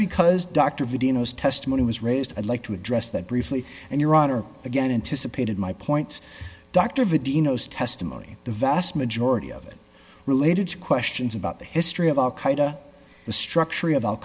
because dr videos testimony was raised i'd like to address that briefly and your honor again anticipated my points dr videos testimony the vast majority of it related to questions about the history of al qaeda the structure of al